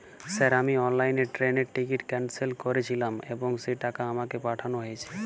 Sir আমি অনলাইনে ট্রেনের টিকিট ক্যানসেল করেছিলাম এবং সেই টাকা আমাকে পাঠানো হয়েছে?